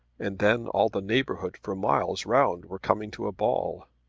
and then all the neighbourhood for miles round were coming to a ball.